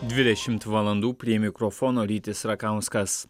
dvidešimt valandų prie mikrofono rytis rakauskas